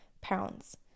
pounds